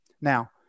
Now